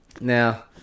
Now